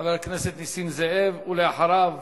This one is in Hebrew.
חבר הכנסת נסים זאב, ואחריו